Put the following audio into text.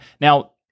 Now